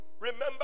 remember